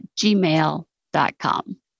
gmail.com